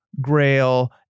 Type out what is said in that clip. Grail